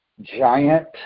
giant